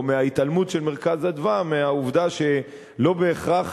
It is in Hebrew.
או מההתעלמות של "מרכז אדוה" מהעובדה שלא בהכרח